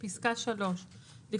"תקן 17516 ISO